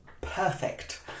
perfect